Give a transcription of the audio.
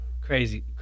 Crazy